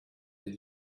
did